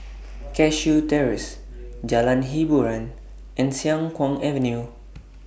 Cashew Terrace Jalan Hiboran and Siang Kuang Avenue